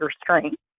strength